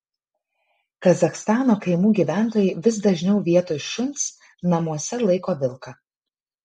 kazachstano kaimų gyventojai vis dažniau vietoj šuns namuose laiko vilką